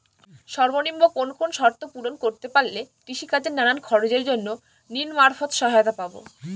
সর্বনিম্ন কোন কোন শর্ত পূরণ করতে পারলে কৃষিকাজের নানান খরচের জন্য ঋণ মারফত সহায়তা পাব?